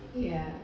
ya